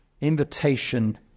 Invitation